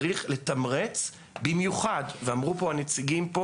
צריך לתמרץ במיוחד ואמרו הנציגים פה